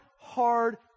hard